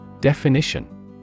Definition